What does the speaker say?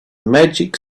magic